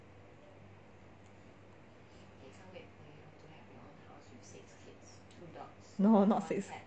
no hor not six